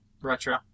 Retro